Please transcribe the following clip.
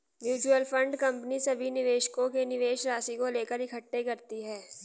mutual fund company सभी निवेशकों के निवेश राशि को लेकर इकट्ठे करती है